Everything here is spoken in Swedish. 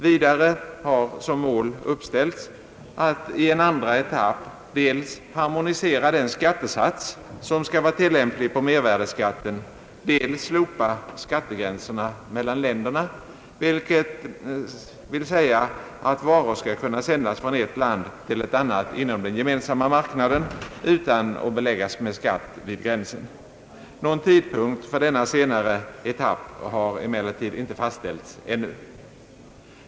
Vidare har som mål uppställts att i en andra etapp dels harmonisera den skattesats som skall vara tillämplig på mervärdeskatten, dels slopa skattegränserna mellan länderna, vilket vill säga att varor skall kunna sändas från ett land till ett annat inom den gemensamma marknaden utan att beläggas med skatt vid gränsen. Någon tidpunkt för denna senare etapp har emellertid ännu inte fastställts.